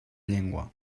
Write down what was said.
llengua